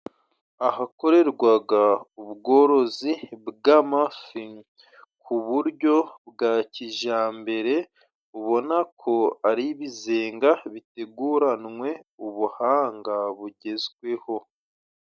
Ahakorerwaga ubworozi bw'amafi ku buryo bwa kijambere ubona ko ari ibizenga biteguranwe ubuhanga bugezweho.